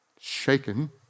shaken